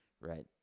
right